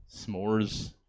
s'mores